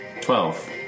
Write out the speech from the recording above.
Twelve